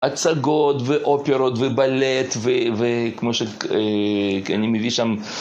הצגות ואופרות ובלט וכמו שאני מביא שם.